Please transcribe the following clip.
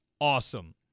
awesome